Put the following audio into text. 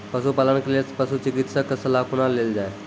पशुपालन के लेल पशुचिकित्शक कऽ सलाह कुना लेल जाय?